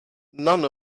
none